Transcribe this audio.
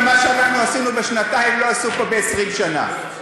ומה שאנחנו עשינו בשנתיים לא עשו פה ב-20 שנה,